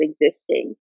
existing